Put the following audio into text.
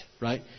right